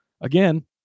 again